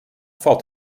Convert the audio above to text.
valt